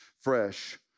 fresh